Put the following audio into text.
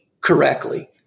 correctly